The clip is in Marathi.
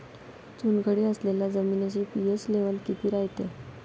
चुनखडी असलेल्या जमिनीचा पी.एच लेव्हल किती रायते?